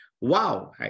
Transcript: wow